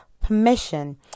permission